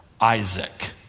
isaac